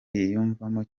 yiyumvamo